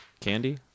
candy